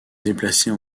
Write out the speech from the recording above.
déplacer